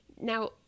Now